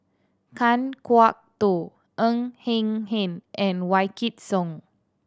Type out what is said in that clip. Kan Kwok Toh Ng Eng Hen and Wykidd Song